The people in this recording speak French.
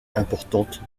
importante